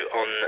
on